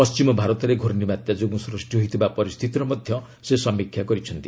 ପଣ୍ଢିମ ଭାରତରେ ଘୂର୍ଣ୍ଣି ବାତ୍ୟା ଯୋଗୁଁ ସୃଷ୍ଟି ହୋଇଥିବା ପରିସ୍ଥିତିର ମଧ୍ୟ ସେ ସମୀକ୍ଷା କରିଛନ୍ତି